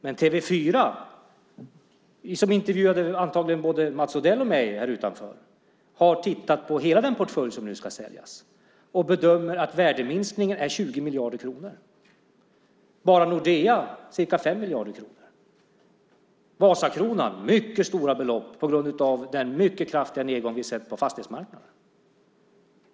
Men TV 4, som antagligen intervjuade både Mats Odell och mig här utanför, har tittat på hela den portfölj som nu ska säljas och bedömer att värdeminskningen är 20 miljarder kronor, för bara Nordea ca 5 miljarder kronor, och för Vasakronan handlar det om mycket stora belopp på grund av den mycket kraftiga nedgång som vi sett på fastighetsmarknaden.